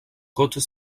côtes